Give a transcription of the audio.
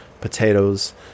potatoes